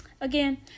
Again